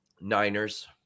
Niners